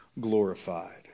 glorified